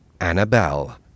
Annabelle